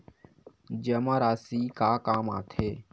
जमा राशि का काम आथे?